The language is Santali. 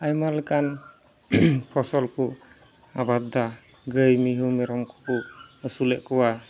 ᱟᱭᱢᱟ ᱞᱮᱠᱟᱱ ᱯᱷᱚᱥᱚᱞᱠᱚ ᱟᱵᱟᱫᱽᱫᱟ ᱜᱟᱹᱭ ᱢᱤᱦᱩ ᱢᱮᱨᱚᱢᱠᱚᱠᱚ ᱟᱹᱥᱩᱞᱮᱫ ᱠᱚᱣᱟ